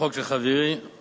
הצעת החוק של חברי ויקירי